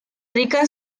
rica